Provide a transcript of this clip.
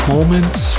Moments